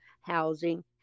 housing